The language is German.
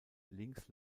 links